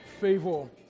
favor